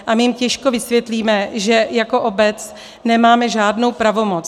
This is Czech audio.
A my jim těžko vysvětlíme, že jako obec nemáme žádnou pravomoc.